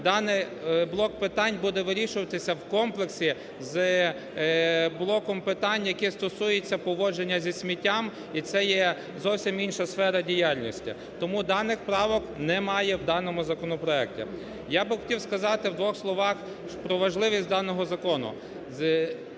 даний блок питань буде вирішуватись в комплексі з блоком питань, які стосуються поводження зі сміттям. І це є зовсім інша сфера діяльності. Тому даний правок немає в даному законопроекті. Я би хотів сказати в двох словах про важливість даного закону.